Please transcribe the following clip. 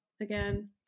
again